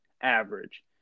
average